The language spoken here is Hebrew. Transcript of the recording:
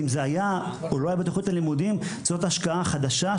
אם זה היה או לא היה בתכנית הלימודים זוהי השקעה חדשה,